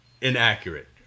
inaccurate